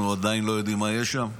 אנחנו עדיין לא יודעים מה יש שם,